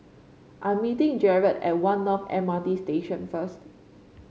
I'm meeting Jared at One North M R T Station first